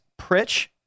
Pritch